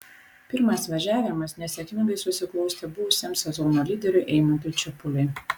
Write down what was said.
pirmas važiavimas nesėkmingai susiklostė buvusiam sezono lyderiui eimantui čepuliui